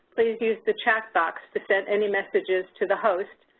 please use the chat box to send any messages to the host,